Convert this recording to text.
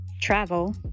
travel